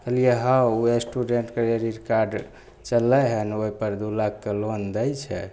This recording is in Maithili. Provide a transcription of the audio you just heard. कहलियै हाँ उ स्टूडेंट क्रेडिट कार्ड चलल हन ओइपर दु लाखके लोन दै छै